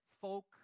folk